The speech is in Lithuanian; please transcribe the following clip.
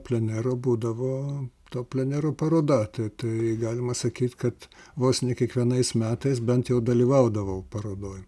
plenero būdavo to plenero paroda tai galima sakyt kad vos ne kiekvienais metais bent jau dalyvaudavau parodoj